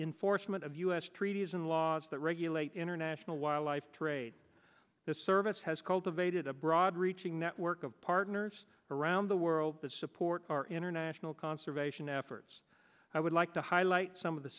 in forstmann of u s treaties and laws that regulate international wildlife trade the service has cultivated a broad reaching network of partners around the world that support our international conservation efforts i would like to highlight some of the